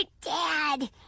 Dad